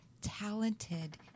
talented